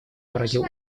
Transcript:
породил